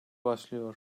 başlıyor